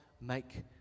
make